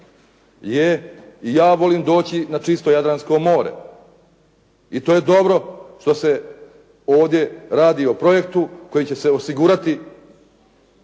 Je, i ja volim doći na čisto Jadransko more i to je dobro što se ovdje radi o projektu kojim će se osigurati